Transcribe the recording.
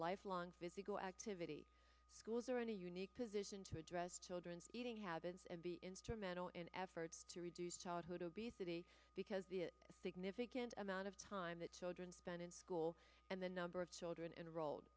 lifelong physical activity schools are in a unique position to address children eating habits and be instrumental in efforts to reduce childhood obesity because the it significant amount of time that children spend in school and the number of children enrolled